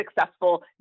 successful